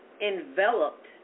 enveloped